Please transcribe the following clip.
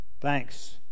Thanks